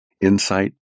insight